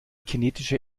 kinetische